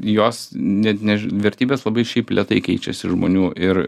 jos net ne vertybės labai šiaip lėtai keičiasi žmonių ir